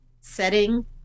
setting